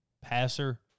passer